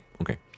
Okay